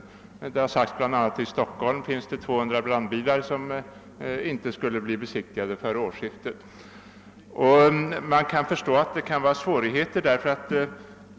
Bl.a. har det sagts att det i Stockholm finns 200 brandbilar, som inte skulle bli besiktigade före årsskiftet. Jag förstår att det kan finnas svårigheter.